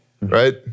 right